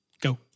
go